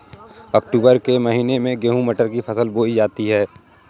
अक्टूबर के महीना में गेहूँ मटर की फसल बोई जाती है